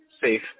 safe